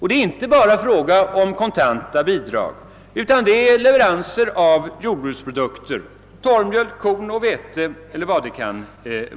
Det är inte fråga bara om kontanta bidrag utan även om leveranser av jordbruksprodukter såsom torrmjölk, korn, vete o. s. v.